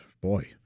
Boy